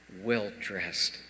well-dressed